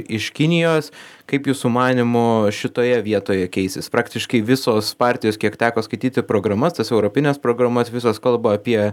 iš kinijos kaip jūsų manymu šitoje vietoje keisis praktiškai visos partijos kiek teko skaityti programas tas europines programas visos kalba apie